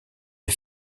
les